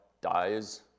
dies